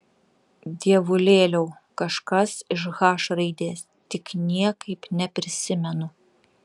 dievulėliau kažkas iš h raidės tik niekaip neprisimenu